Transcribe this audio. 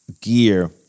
gear